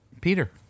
Peter